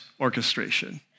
orchestration